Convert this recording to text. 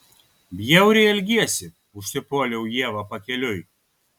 bjauriai elgiesi užsipuoliau ievą pakeliui